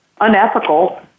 unethical